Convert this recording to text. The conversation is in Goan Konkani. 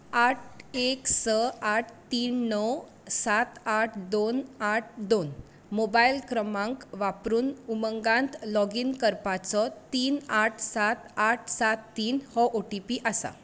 आठ एक स आठ तीन णव सात आठ दोन आठ दोन मोबायल क्रमांक वापरून उमंगांत लॉगीन करपाचो तीन आठ सात आठ सात तीन हो ओ टी पी आसा